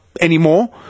anymore